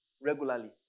regularly